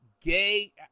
Gay